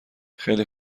خیلی